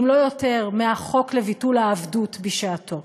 אם לא יותר, מהחוק לביטול העבדות בשעתו,